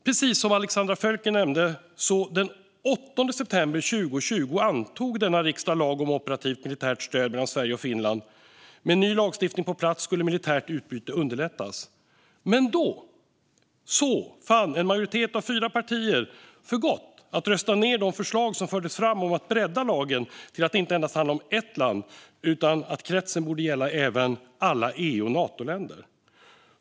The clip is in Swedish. Precis om Alexandra Völker nämnde antog denna riksdag den 8 september 2020 lagen om operativt militärt stöd mellan Sverige och Finland. Med ny lagstiftning på plats skulle militärt utbyte underlättas. Men då fann en majoritet bestående av fyra partier för gott att rösta ned de förslag som fördes fram om att bredda lagen till att inte endast handla om ett land utan gälla alla EU och Natoländer.